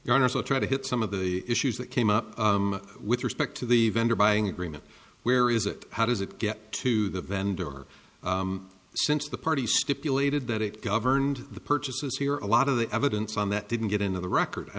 to try to hit some of the issues that came up with respect to the vendor buying agreement where is it how does it get to the vendor since the party stipulated that it governed the purchases here a lot of the evidence on that didn't get into the record i